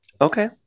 okay